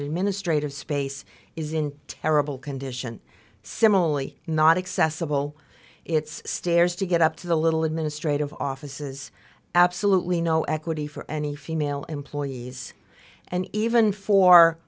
administrative space is in terrible condition similarly not accessible it's stairs to get up to the little administrative offices absolutely no equity for any female employees and even for